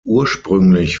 ursprünglich